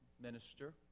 Minister